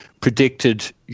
predicted